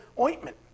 ointment